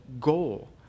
goal